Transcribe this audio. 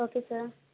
okay sir